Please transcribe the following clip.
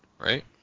Right